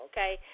Okay